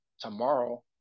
tomorrow